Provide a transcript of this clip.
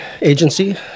agency